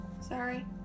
Sorry